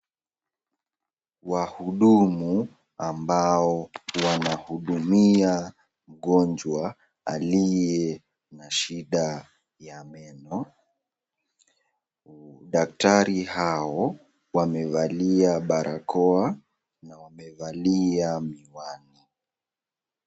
Wahudumu ambao wanahudumia wagaonjwa ambao aliye na shida ya meno, daktari hao wamevalia barakoa na wamevalia miwani.